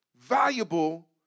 valuable